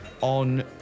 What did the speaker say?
on